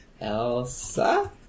Elsa